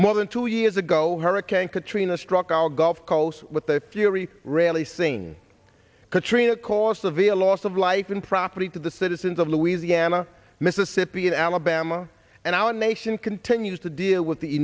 more than two years ago hurricane katrina struck our gulf coast with the fury releasing katrina cost of a loss of life and property to the citizens of louisiana mississippi and alabama and our nation continues to deal with the